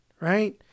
right